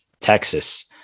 Texas